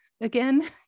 again